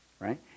Right